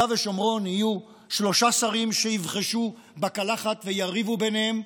ושומרון יהיו שלושה שרים שיבחשו בקלחת ויריבו ביניהם,